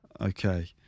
Okay